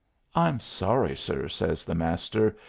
i'm sorry, sir, says the master.